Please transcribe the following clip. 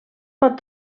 pot